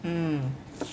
hmm